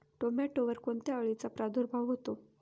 टोमॅटोवर कोणत्या अळीचा प्रादुर्भाव होतो?